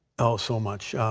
ah so much.